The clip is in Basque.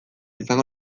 izango